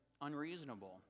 unreasonable